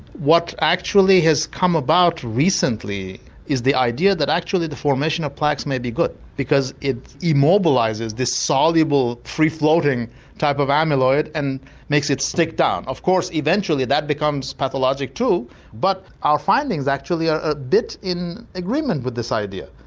what actually has come about recently is the idea that actually the formation of plaques may be good because it immobilises this soluble free floating type of amyloid and makes it stick down. of of course eventually that becomes pathologic too but our findings actually are a bit in agreement with this idea.